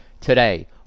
Today